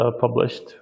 published